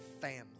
family